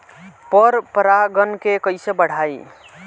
पर परा गण के कईसे बढ़ाई?